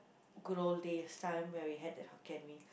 good old days time when we had that Hokkien-Mee